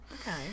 Okay